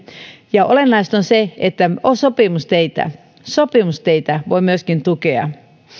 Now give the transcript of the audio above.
ja olennaista on se että on sopimusteitä ja sopimusteitä voi myöskin tukea